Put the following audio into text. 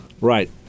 Right